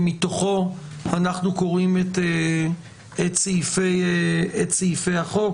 ומתוכו אנחנו קוראים את סעיפי החוק.